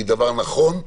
נכון,